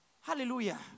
Hallelujah